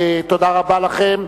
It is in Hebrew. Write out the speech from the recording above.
תודה רבה לכם.